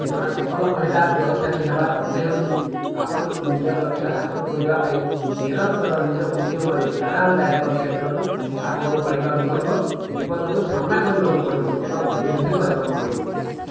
ଜଣେ ସଫଲ ମହିଲା ବ୍ୟବସାୟୀ ହେବାର ଅର୍ଥ ହେଉଚି ଆପଣଙ୍କୁ ନିଜ ଲକ୍ଷ୍ୟ ହାସଲ କରିବା ପାଇଁ ନିରନ୍ତର ନିଜ ଉଦ୍ୟମରେ ଆରାମଦାୟକ କ୍ଷେତ୍ରରୁ ଆଗକୁ ବଢ଼ିବାକୁ ପଡ଼ିବ ବିପଦକୁ ସାମ୍ନା କରିବାକୁ ପଡ଼ିବ ଏବଂ ନିର୍ଭୀକ ହେବାକୁ ପଡ଼ିବ